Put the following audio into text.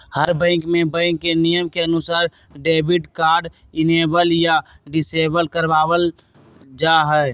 हर bank में bank के नियम के अनुसार डेबिट कार्ड इनेबल या डिसेबल करवा वल जाहई